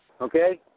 okay